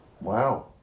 Wow